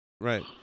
Right